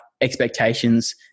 expectations